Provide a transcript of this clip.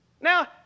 Now